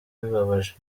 bibabaje